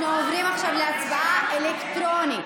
אנחנו עוברים עכשיו להצבעה אלקטרונית,